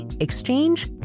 exchange